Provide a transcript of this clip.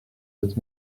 sept